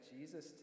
Jesus